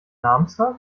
namenstag